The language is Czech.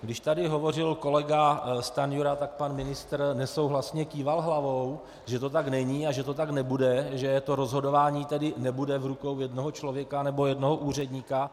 Když tady hovořil kolega Stanjura, tak pan ministr nesouhlasně kýval hlavou, že to tak není a že to tak nebude, že to rozhodování nebude v rukou jednoho člověka nebo jednoho úředníka.